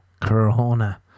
Corona